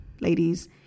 ladies